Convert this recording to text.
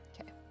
Okay